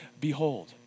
behold